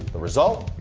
the result,